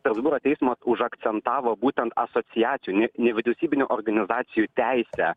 strasbūro teismas užakcentavo būtent asociacijų ne nevyriausybinių organizacijų teisę